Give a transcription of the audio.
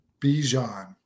Bijan